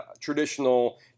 traditional